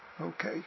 Okay